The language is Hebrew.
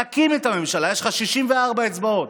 תקים את הממשלה, יש לך 64 אצבעות,